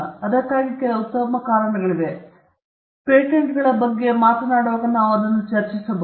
ಅದಕ್ಕಾಗಿ ಕೆಲವು ಉತ್ತಮ ಕಾರಣಗಳಿವೆ ಪೇಟೆಂಟ್ಗಳ ಬಗ್ಗೆ ನಾವು ವಿವರವಾಗಿ ಬಂದಾಗ ಅದನ್ನು ಚರ್ಚಿಸಬಹುದು